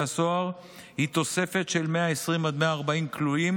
הסוהר היא תוספת של 120 עד 140 כלואים.